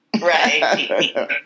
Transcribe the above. Right